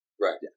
Right